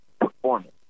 performance